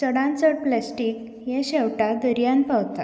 steel हो प्लास्टिकाक एक ऑप्शन बरो आसा